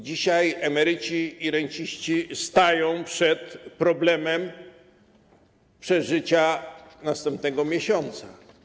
Dzisiaj emeryci i renciści stają przed problemem przeżycia następnego miesiąca.